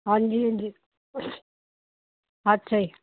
ਹਾਂਜੀ ਹਾਂਜੀ ਅੱਛਾ ਜੀ